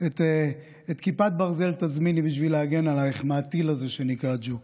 את כיפת ברזל תזמיני בשביל להגן עלייך מהטיל הזה שנקרא "ג'וק".